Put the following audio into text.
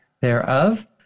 thereof